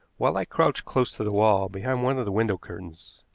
while i crouched close to the wall behind one of the window curtains.